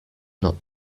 not